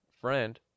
friend